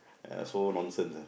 uh so nonsense ah